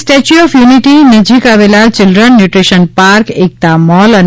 statue of unity નજીક આવેલા children nutrition park Ekta mall અને